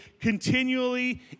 continually